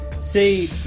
see